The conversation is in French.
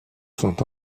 sont